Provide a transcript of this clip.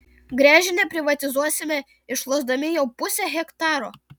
gręžinį privatizuosime išlošdami jau pusę hektaro